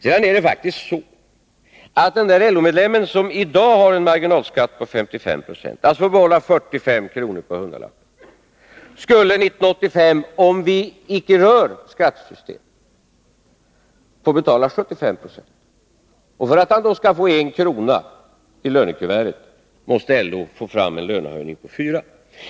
Om vi icke rör skattesystemet, skulle den LO-medlem som i dag har en marginalskatt på 55 26, och alltså får behålla 45 kr. av en hundralapp, 1985 får betala 75 26. För att han då skall få 1 kr. i lönekuvertet, måste LO få fram en lönehöjning på 4 kr.